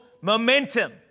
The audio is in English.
momentum